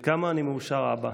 וכמה אני מאושר, אבא,